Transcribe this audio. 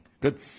Good